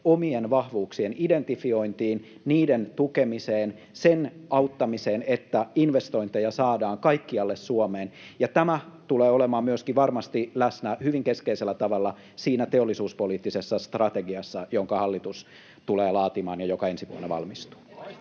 omien vahvuuksien identifiointiin, niiden tukemiseen, sen auttamiseen, että investointeja saadaan kaikkialle Suomeen. Tämä tulee olemaan varmasti myöskin läsnä hyvin keskeisellä tavalla siinä teollisuuspoliittisessa strategiassa, jonka hallitus tulee laatimaan ja joka ensi vuonna valmistuu.